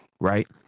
Right